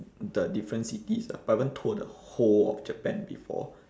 the different cities ah but I haven't tour the whole of japan before